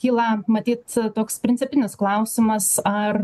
kyla matyt toks principinis klausimas ar